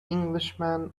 englishman